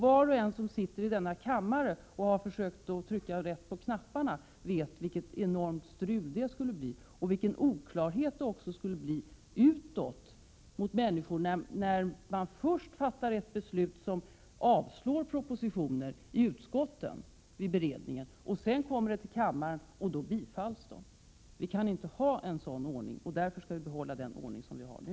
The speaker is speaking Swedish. Var och en som sitter i denna kammare och har försökt trycka rätt på knapparna vet vilket enormt strul det skulle bli, och vilken oklarhet utåt som skulle uppstå, när man först i utskottets beredning fattar ett beslut som avstyrker en proposition men denna bifalls när den kommer till kammaren. Vi kan inte ha en sådan ordning, och därför skall vi behålla den ordning som vi har nu.